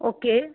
okay